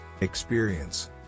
experience